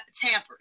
tampering